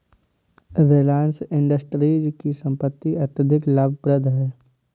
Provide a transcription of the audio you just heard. Reliance Industries की संपत्ति अत्यधिक लाभप्रद है